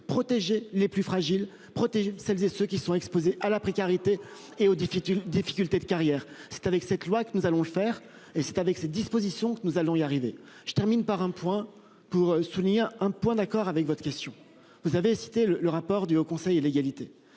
protéger les plus fragiles protéger celles et ceux qui sont exposés à la précarité et aux difficultés, difficultés de carrière c'est avec cette loi que nous allons faire et c'est avec ces dispositions que nous allons-y arriver je termine par un point pour souligner un point d'accord avec votre question, vous avez cité le le rapport du Haut Conseil à l'égalité